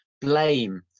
Blame